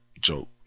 joke